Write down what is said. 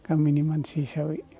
गामिनि मानसि हिसाबै